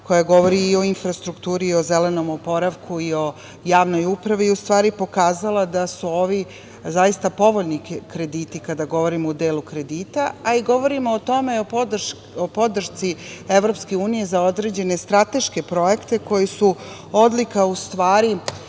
koji govore o infrastrukturi, o zelenom oporavku i javnoj upravu, pokazala da su ovi povoljni krediti, kada govorimo o delu kredita, a i govorimo o tome, o podršci EU za određene strateške projekte koji su odlika saradnje